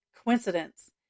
coincidence